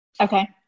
Okay